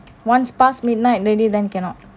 once past midnight already then cannot